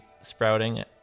sprouting